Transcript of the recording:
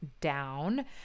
down